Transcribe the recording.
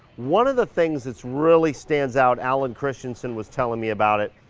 one of the things that's really stands out, alan christianson was telling me about it,